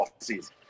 offseason